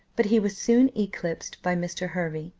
but he was soon eclipsed by mr. hervey.